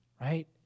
right